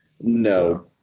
No